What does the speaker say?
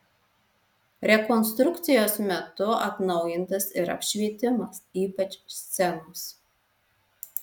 rekonstrukcijos metu atnaujintas ir apšvietimas ypač scenos